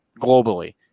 globally